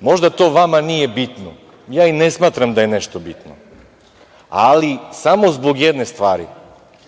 Možda to vama nije bitno, ja i ne smatram da je nešto bitno, ali samo zbog jedne stvari,